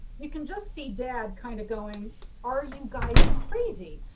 you can just see dad kind of going are you guys crazy,